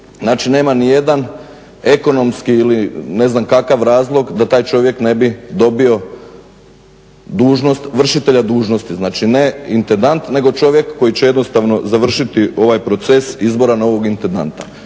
znači nema nijedan ekonomski ili ne znam kakav razlog da taj čovjek ne bi dobio dužnost vršitelja dužnosti, znači ne intendant nego čovjek koji će jednostavno završiti ovaj proces izbora novog intendanta.